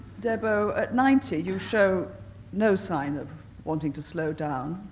debo, at ninety, you show no sign of wanting to slow down,